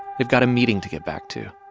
they've got a meeting to get back to.